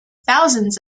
thousands